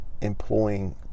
employing